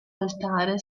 altare